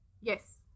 Yes